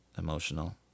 emotional